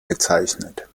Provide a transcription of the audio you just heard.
gezeichnet